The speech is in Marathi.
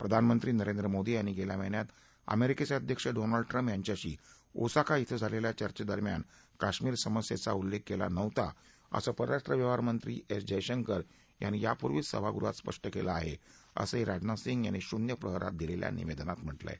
प्रधानमंत्री नरेंद्र मोदी यांनी गेल्या महिन्यात अमेरिकेचे अध्यक्ष डोनाल्ड ट्रम्प यांच्याशी ओसाका िं झालेल्या चर्चेदरम्यान काश्मिर समस्येचा उल्लेख केला नव्हता असं परराष्ट्र व्यवहारमंत्री एस जयशंकर यांनी यापूर्वीच सभागृहात स्पष्ट केलं आहे असंही राजनाथ सिंह यांनी शून्य प्रहरात दिलेल्या निवेदनात म्हटलं आहे